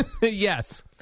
Yes